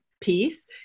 piece